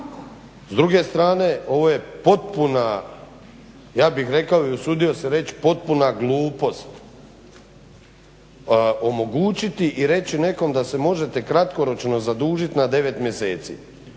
S druge strane ovo je potpuna, ja bih rekao i usudio se reći potpuna glupost. Omogućiti i reći nekom da se možete kratkoročno zadužiti na 9 mjeseci.